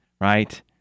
right